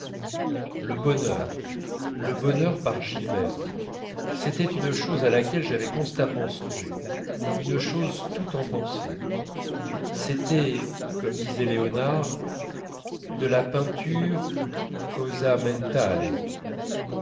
le bonheur le bonheur par gilberte c'était une chose à laquelle j'avais constamment songé une chose toute en pensées c'était comme disait léonard de la peinture cosa mentale